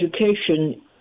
education